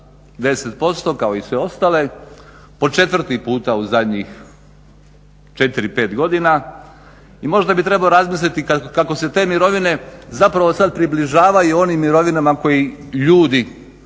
10% kao i sve ostale, po četvrti puta u zadnjih 4-5 godina i možda bi trebalo razmisliti kako se te mirovine zapravo sad približavaju onim mirovinama koje ljudi